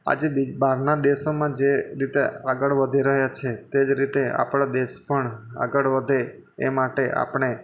આજે બહારના દેશોમાં જે રીતે આગળ વધી રહ્યા છે તે જ રીતે આપણો દેશ પણ આગળ વધે એ માટે આપણે